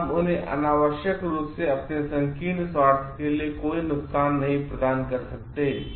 और हम उन्हें अनावश्यक रूप से अपने संकीर्णस्वार्थ के लिए कोई नुकसान नहीं प्रदान कर सकते